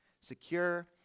Secure